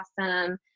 awesome